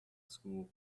school